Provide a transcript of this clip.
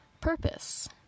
purpose